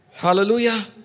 Hallelujah